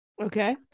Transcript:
Okay